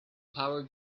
power